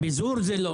פיזור זה לא.